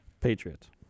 Patriots